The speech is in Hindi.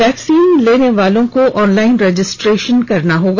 वैक्सीन लेने वालों को ऑनलाइन रजिस्ट्रेशन करना होगा